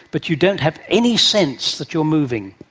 but you don't have any sense that you're moving.